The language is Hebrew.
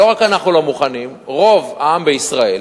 ולא רק אנחנו לא מוכנים: רוב העם בישראל,